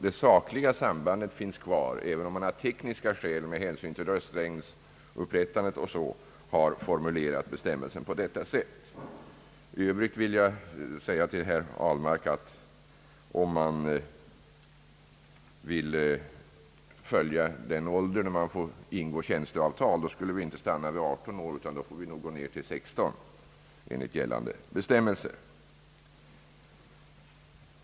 Det sakliga sambandet finns kvar, även om tekniska skäl, bl.a. hänsyn till röstlängdernas upprättande, har gjort att bestämmelsen formulerats på detta sätt. Om man skulle välja den ålder när en person får ingå tjänsteavtal, skulle man inte stanna vid 18 år, utan då fick man gå ned till 16, enligt gällande bestämmelser.